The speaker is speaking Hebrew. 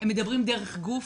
הם מדברים דרך גוף,